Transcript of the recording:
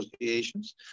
negotiations